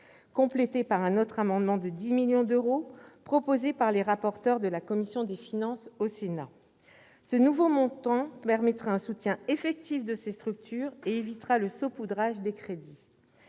complété par un autre amendement, portant sur 10 millions d'euros, proposé par les rapporteurs de la commission des finances du Sénat. Le nouveau montant permettra un soutien effectif de ces structures et évitera le saupoudrage des crédits.